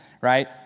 right